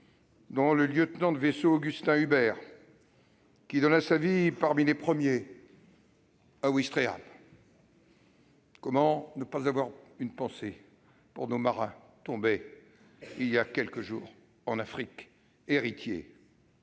dont le lieutenant de vaisseau Augustin Hubert, qui donna sa vie, parmi les premiers, à Ouistreham. Comment ne pas avoir une pensée pour nos marins tombés voilà quelques jours en Afrique, héritiers